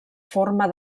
forma